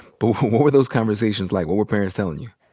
but what were those conversations like? what were parents tellin' you?